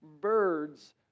birds